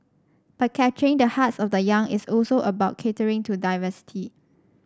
but capturing the hearts of the young is also about catering to diversity